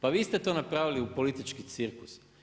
Pa vi ste to napravili politički cirkus.